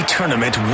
Tournament